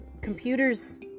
computers